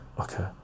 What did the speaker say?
okay